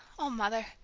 oh, mother!